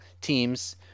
teams